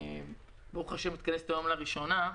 שברוך השם מתכנסת היום לראשונה.